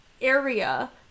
area